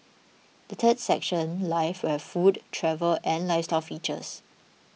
the third section life will have food travel and lifestyle features